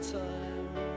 time